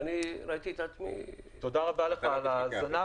תודה רבה לך על ההזמנה.